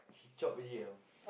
she chope already ah